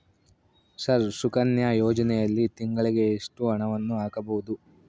Sir Sukanya ಯೋಜನೆಯಲ್ಲಿ ತಿಂಗಳಿಗೆ ಎಷ್ಟು ಹಣವನ್ನು ಹಾಕಬಹುದು?